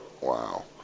Wow